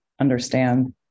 understand